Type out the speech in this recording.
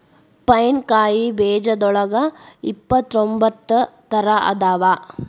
pine ಕಾಯಿ ಬೇಜದೋಳಗ ಇಪ್ಪತ್ರೊಂಬತ್ತ ತರಾ ಅದಾವ